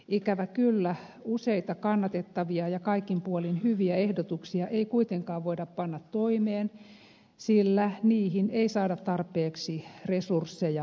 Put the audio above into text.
ikävä kyllä useita kannatettavia ja kaikin puolin hyviä ehdotuksia ei kuitenkaan voida panna toimeen sillä niihin ei saada tarpeeksi resursseja eli rahaa